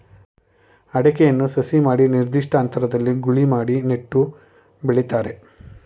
ಅಡಿಕೆಯನ್ನು ಸಸಿ ಮಾಡಿ ನಿರ್ದಿಷ್ಟ ಅಂತರದಲ್ಲಿ ಗೂಳಿ ಮಾಡಿ ನೆಟ್ಟು ಬೆಳಿತಾರೆ